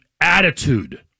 attitude